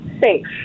safe